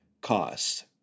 cost